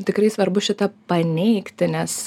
tikrai svarbu šitą paneigti nes